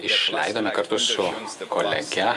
išleidome kartu su kolege